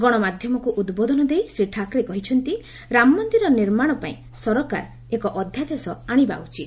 ଗଣମାଧ୍ୟମକୁ ଉଦ୍ବୋଧନ ଦେଇ ଶ୍ରୀ ଠାକ୍ରେ କହିଛନ୍ତି ରାମମନ୍ଦିର ନିର୍ମାଣ ପାଇଁ ସରକାର ଏକ ଅଧ୍ୟାଦେଶ ଆଣିବା ଉଚିତ